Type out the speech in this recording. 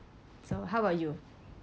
so how about you